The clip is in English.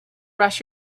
brush